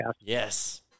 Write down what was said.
Yes